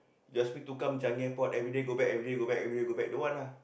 you ask me to come Changi Airport everyday go back everyday go back everyday go back don't want lah